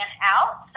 out